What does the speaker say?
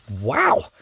wow